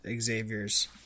Xavier's